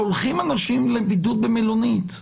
שולחים אנשים לבידוד במלונית,